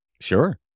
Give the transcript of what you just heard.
Sure